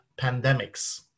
pandemics